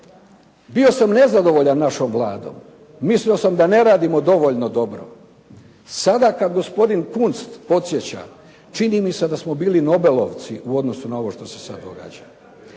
Bio sam nezadovoljan našom Vladom, mislio sam da ne radimo dovoljno dobro. Sada kad gospodin Kunst podsjeća, čini mi se da smo bili nobelovci u odnosu na ovo što se sad događa.